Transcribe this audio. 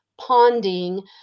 ponding